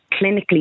clinically